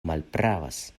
malpravas